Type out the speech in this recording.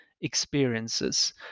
experiences